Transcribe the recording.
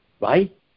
right